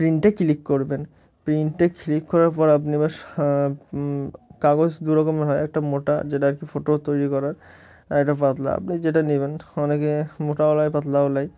প্রিন্টে click করবেন প্রিন্টে click করার পর আপনি বা কাগজ দু রকম হয় একটা মোটা যেটা আর কি ফটো তৈরি করার আর একটা পাতলা আপনি যেটা নেবেন অনেকে মোটা ওলায় পাতলা ওলাই